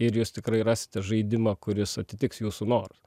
ir jūs tikrai rasite žaidimą kuris atitiks jūsų norus